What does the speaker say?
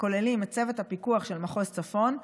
הכוללים את צוות הפיקוח של מחוז צפון,